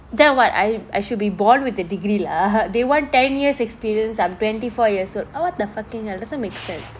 then what I I should be born with the degree lah they want ten years experience I'm twenty four years old ah what the fucking hell it doesn't make sense